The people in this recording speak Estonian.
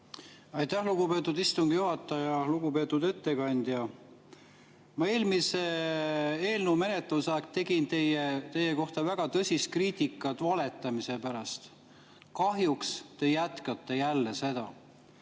Aitäh, lugupeetud istungi juhataja! Lugupeetud ettekandja! Ma eelmise eelnõu menetluse ajal tegin teie kohta väga tõsist kriitikat valetamise pärast. Kahjuks te jätkate seda